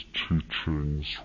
teachings